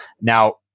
Now